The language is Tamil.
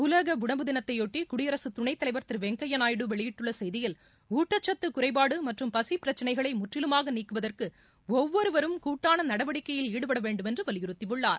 உணவு தினத்தைபொட்டி குடியரசு துணைத்தலைவர் திரு வெங்கையா உலக நாயுடு வெளியிட்டுள்ள செய்தியில் ஊட்டச்சத்து குறைபாடு மற்றும் பசி பிரச்சிளைகளை முற்றிலுமாக நீக்குவதற்கு ஒவ்வொருவரும் கூட்டான நடவடிக்கையில் ஈடுபட வேண்டுமென்று வலியறுத்தியுள்ளார்